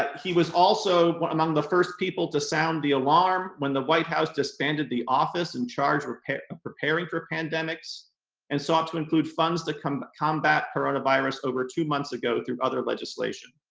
he was also among the first people to sound the alarm when the white house disbanded the office in charge of preparing for pandemics and sought to include funds to combat combat coronavirus over two months ago through other legislation.